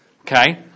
okay